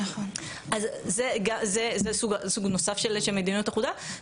אז זה סוג נוסף של מדיניות אחודה,